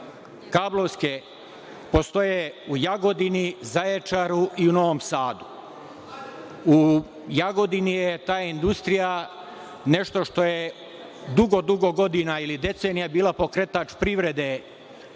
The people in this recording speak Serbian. industrije postoje u Jagodini, Zaječaru i u Novom Sadu.U Jagodini je ta industrija nešto što je dugo, dugo godina ili decenija bila pokretač privrede